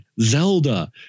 Zelda